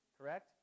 correct